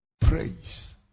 praise